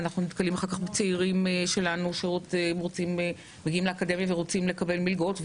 אנחנו אחר כך נתקלים בצעירים שלנו שמגיעים לאקדמיה ורוצים לקבל מלגות,